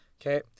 okay